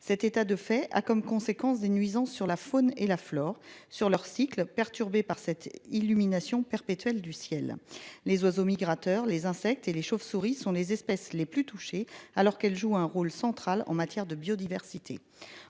Cet état de fait a comme conséquence des nuisance sur la faune et la flore sur leur cycle perturbé par cette illumination perpétuelle du ciel, les oiseaux migrateurs, les insectes et les chauves-souris sont les espèces les plus touchés, alors qu'elle joue un rôle central en matière de biodiversité.